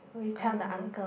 I don't know